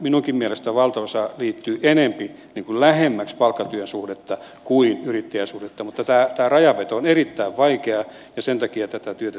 minunkin mielestäni valtaosa liittyy enempi lähemmäksi palkkatyösuhdetta kuin yrittäjäsuhdetta mutta tämä rajanveto on erittäin vaikea ja sen takia tätä työtä täytyy nyt jatkaa